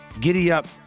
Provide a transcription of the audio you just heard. giddy-up